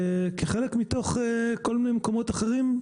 כחלק מתוך כל מיני מקומות אחרים,